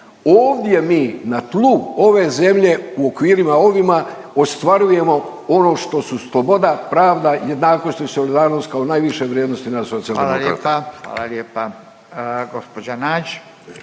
Ovdje mi na tlu ove zemlje u okvirima ovima ostvarujemo ono što su sloboda, pravda, jednakost i solidarnost kao najviše vrijednosti nas Socijaldemokrata. **Radin, Furio (Nezavisni)** Hvala lijepa. Gospođa Nađ.